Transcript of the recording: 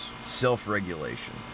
self-regulation